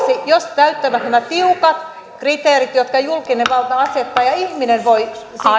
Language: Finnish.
jos täyttävät nämä tiukat kriteerit jotka julkinen valta asettaa ja ihminen voi